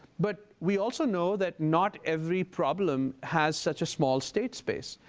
but we also know that not every problem has such a small state space.